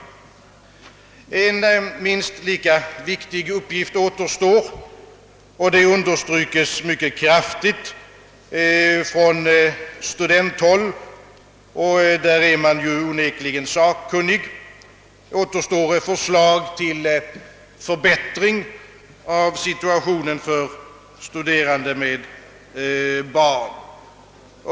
En minst lika viktig uppgift återstår, vilket understryks mycket kraftigt från studenthåll, och där är man ju onekligen sakkunnig. Det gäller förslag till förbättring av villkoren för studerande med barn.